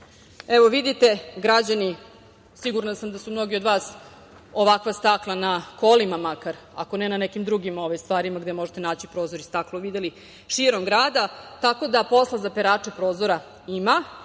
Vidite, građani, sigurna sam da su mnogi od vas ovakva stakla na kolima makar, ako ne na nekim drugim stvarima gde možete naći takvo staklo, videli širom grada, tako da posla za perače prozora ima.